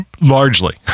largely